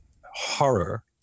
horror